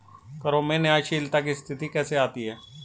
करों में न्यायशीलता की स्थिति कैसे आती है?